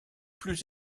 plus